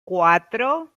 cuatro